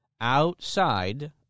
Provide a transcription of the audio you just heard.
outside